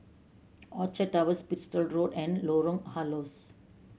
Orchard Towers Bristol Road and Lorong Halus